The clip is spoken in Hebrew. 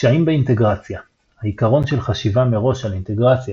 קשיים באינטגרציה העיקרון של חשיבה מראש על אינטגרציה